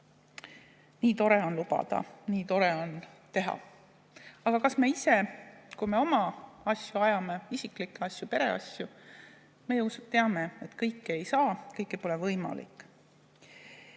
Nii tore on lubada, nii tore on teha. Aga kui me oma asju ajame – isiklikke asju, pereasju –, siis me ju teame, et kõike ei saa, kõik pole võimalik. On